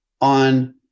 on